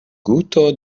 guto